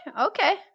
okay